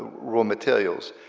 raw materials,